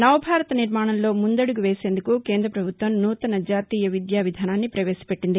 నవ భారత నిర్మాణంలో ముందడుగు వేసేందుకు కేంద్ర ప్రభుత్వం నూతన జాతీయ విద్యా విధానాన్ని ప్రపేశ పెట్లింది